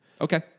Okay